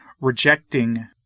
rejecting